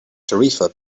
tarifa